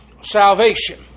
salvation